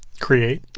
create?